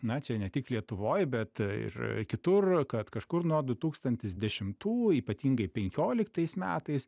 na čia ne tik lietuvoj bet ir kitur kad kažkur nuo du tūkstantis dešimtų ypatingai penkioliktais metais